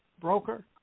broker